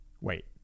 wait